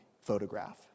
photograph